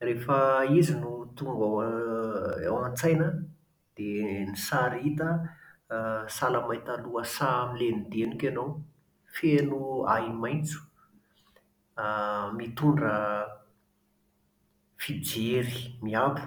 Rehefa izy no tonga a a ao an-tsaina an, dia ny sary hita an, a sahala amin'ny mahita lohasaha milenodenoka ianao, feno ahi-maitso, a mitondra fijer-ry miabo